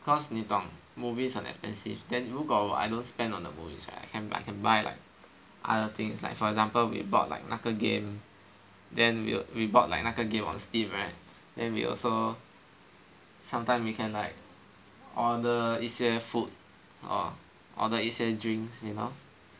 cause 你懂 movies 很 expensive then 如果 I don't spend on the movies right I can buy like other things like for example we bought like 那个 game then we we bought like 那个 game on Steam right then we also sometimes we can like order 一些 food err order 一些 drinks you know